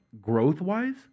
growth-wise